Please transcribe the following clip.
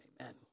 Amen